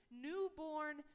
newborn